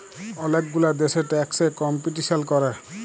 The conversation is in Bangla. ওলেক গুলা দ্যাশে ট্যাক্স এ কম্পিটিশাল ক্যরে